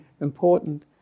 important